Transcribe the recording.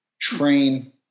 train